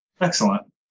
Excellent